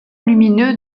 lumineux